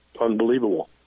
unbelievable